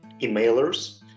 emailers